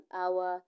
hour